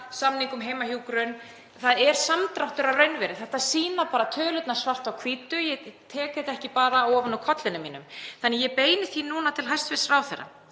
samning um heimahjúkrun. Það er samdráttur að raunvirði. Þetta sýna tölurnar svart á hvítu. Ég tek þetta ekki bara ofan úr kollinum mínum. Þannig að ég beini því núna til hæstv. ráðherra: